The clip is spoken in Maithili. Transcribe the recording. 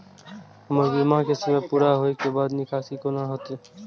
हमर बीमा के समय पुरा होय के बाद निकासी कोना हेतै?